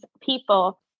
people